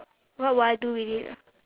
what would I do with it ah